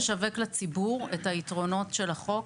קמפיין שמשווק לציבור את היתרונות של החוק,